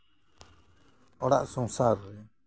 ᱚᱲᱟᱜ ᱥᱚᱝᱥᱟᱨ ᱨᱮ